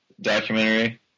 documentary